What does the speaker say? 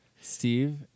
Steve